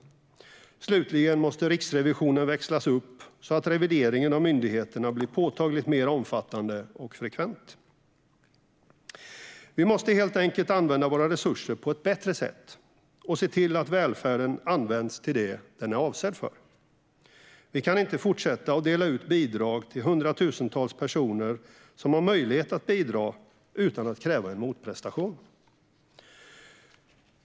Slutligen måste Riksrevisionen växlas upp så att revideringen av myndigheterna blir påtagligt mer omfattande och frekvent. Vi måste helt enkelt använda våra resurser på ett bättre sätt och se till att välfärden används till det den är avsedd för. Vi kan inte fortsätta dela ut bidrag till hundratusentals personer - personer som har möjlighet att bidra - utan att kräva en motprestation.